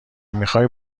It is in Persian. میخوای